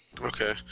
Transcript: okay